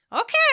Okay